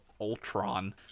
Ultron